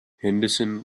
henderson